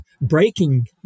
breaking